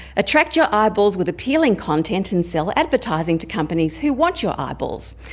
attract your eyeballs with appealing content and sell advertising to companies who want your eyeballs.